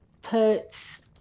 puts